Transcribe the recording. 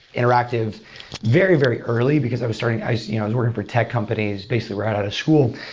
interactive very, very early, because i was starting i you know was working for tech companies, basically, right out of school.